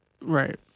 Right